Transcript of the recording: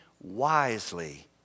wisely